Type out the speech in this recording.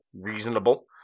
reasonable